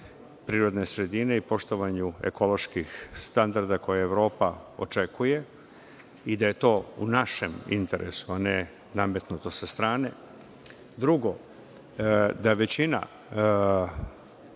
prirodne sredine i poštovanju ekoloških standarda koje Evropa očekuje i da je to u našem interesu, a ne nametnuto sa strane. Drugo, da većina